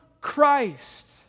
Christ